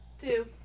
Two